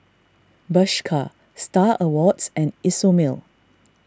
Bershka Star Awards and Isomil